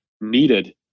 needed